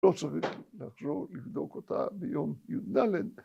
‫לא צריך לחזור לבדוק אותה ‫ביום י"ד.